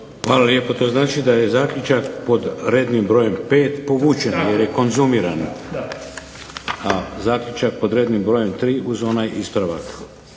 Hvala lijepo. To znači da je zaključak pod rednim brojem 5. povučen jer je konzumiran, a zaključak pod rednim brojem 3. ispravak.